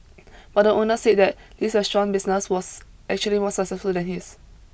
but the owner said that Li's restaurant business was actually more successful than his